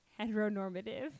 heteronormative